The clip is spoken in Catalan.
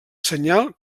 senyal